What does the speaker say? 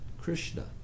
Krishna